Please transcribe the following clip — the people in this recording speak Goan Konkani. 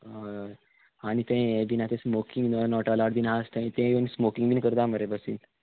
हय हय आनी तें हें बीन आतां स्मोकींग नॉट एलावड बीन आहा ते येवन स्मोकींग बीन करता मरे बसीन